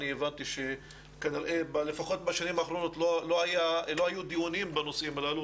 אני הבנתי שכנראה בשנים האחרונות לא היו דיונים בנושאים הללו,